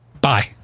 Bye